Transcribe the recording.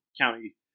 County